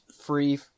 free